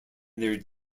their